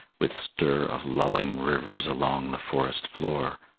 with stir of lulling rivers along the forest floor,